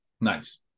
Nice